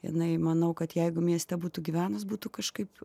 jinai manau kad jeigu mieste būtų gyvenus būtų kažkaip